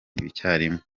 icyarimwe